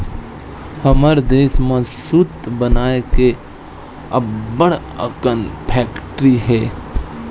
हमर देस म सूत बनाए के अब्बड़ अकन फेकटरी हे